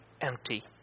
empty